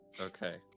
Okay